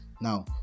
now